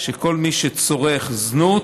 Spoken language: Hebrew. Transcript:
שכל מי שצורך זנות,